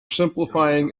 simplifying